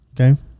Okay